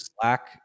Slack